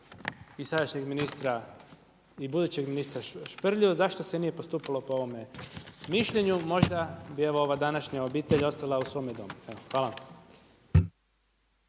i sadašnjeg ministra i budućeg ministra Šprlju zašto se nije po ovome mišljenju, možda bi evo ova današnja obitelj ostala u svome domu. Evo,